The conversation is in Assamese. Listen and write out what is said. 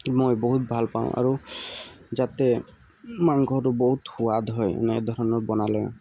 মই বহুত ভাল পাওঁ আৰু যাতে মাংসটো বহুত সোৱাদ হয় এনেধৰণৰ বনালে